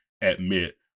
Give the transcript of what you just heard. admit